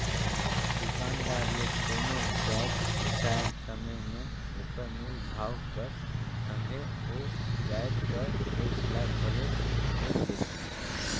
दुकानदार ले कोनो जाएत बिसाए समे में ओकर मूल भाव कर संघे ओ जाएत कर टेक्स ल घलो भइर देथे